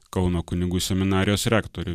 kauno kunigų seminarijos rektorių